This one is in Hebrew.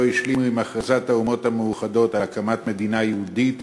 שלא השלימו עם הכרזת האומות המאוחדות על הקמת מדינה יהודית,